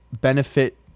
benefit